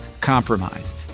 compromise